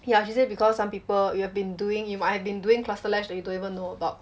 yeah she said because some people you have been doing you might have been doing cluster lash that you don't even know about